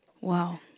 wow